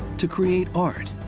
to create art,